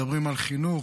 מדברים על חינוך,